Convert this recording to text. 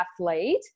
athlete